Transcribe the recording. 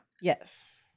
Yes